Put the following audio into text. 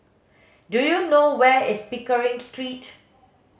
do you know where is Pickering Street